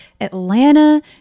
atlanta